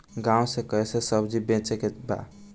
गांव से कैसे सब्जी बेचे के बा?